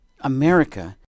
America